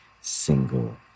single